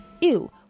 Ew